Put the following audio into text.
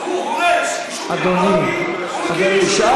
הוא הורס יישובים ערביים ומקים